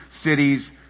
cities